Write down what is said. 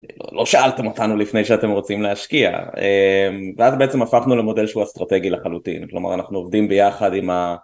לא שאלתם אותנו לפני שאתם רוצים להשקיע ואז בעצם הפכנו למודל שהוא אסטרטגי לחלוטין כלומר אנחנו עובדים ביחד עם.